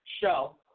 show